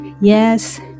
Yes